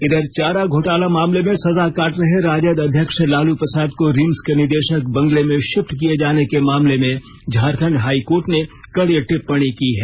इधर चारा घोटाला मामले में सजा काट रहे राजद अध्यक्ष लालू प्रसाद को रिम्स के निदेशक बंगले में शिफ्ट किए जाने के मामले में झारखंड हाई कोर्ट ने कड़ी टिप्पणी की है